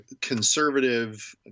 conservative